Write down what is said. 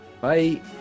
Bye